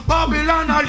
Babylon